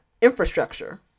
infrastructure